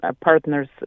partners